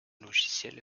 logiciel